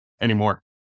anymore